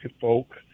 folk